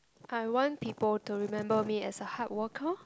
I want people to remember me as a hard worker